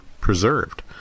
preserved